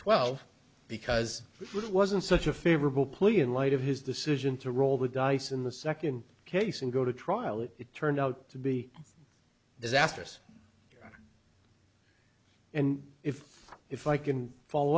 twelve because it wasn't such a favorable plea in light of his decision to roll the dice in the second case and go to trial if it turned out to be disastrous and if if i can follow